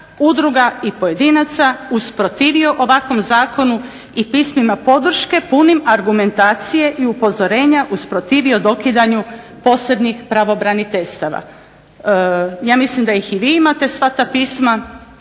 udruga i pojedinaca usprotivio ovakvom zakonu i pismima podrške punim argumentacije i upozorenja usprotivio dokidanju posebnih pravobraniteljstava. Ja mislim da ih i vi imate sva ta pisma,